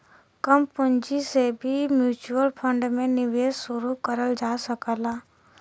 कम पूंजी से भी म्यूच्यूअल फण्ड में निवेश शुरू करल जा सकला